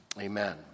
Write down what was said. Amen